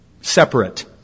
separate